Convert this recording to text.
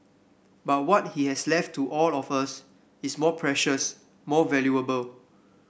but what he has left to all of us is more precious more valuable